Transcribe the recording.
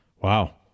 Wow